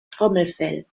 trommelfell